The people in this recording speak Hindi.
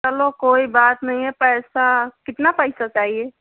चलो कोई बात नहीं है पैसा कितना पैसा चाहिए